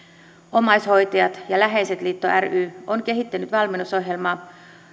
omaishoitajat ja läheiset liitto ry on kehittänyt valmennusohjelmaa